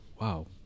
wow